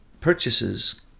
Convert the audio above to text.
purchases